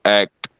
act